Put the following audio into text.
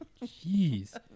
Jeez